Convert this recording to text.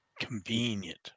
Convenient